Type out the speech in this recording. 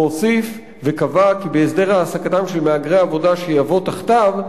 והוסיף וקבע כי בהסדר העסקתם של מהגרי עבודה שיבוא תחתיו,